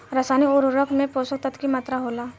रसायनिक उर्वरक में पोषक तत्व की मात्रा होला?